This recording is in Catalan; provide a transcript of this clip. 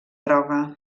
droga